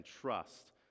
trust